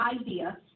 idea